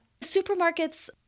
supermarkets